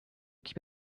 keep